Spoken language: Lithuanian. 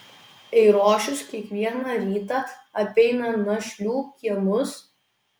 eirošius kiekvieną rytą apeina našlių kiemus